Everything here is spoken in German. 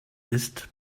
ist